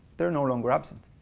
they're no longer absent.